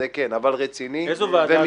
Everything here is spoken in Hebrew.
אבל רציני ויעיל --- איזו ועדה,